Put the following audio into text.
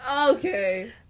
Okay